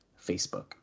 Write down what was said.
Facebook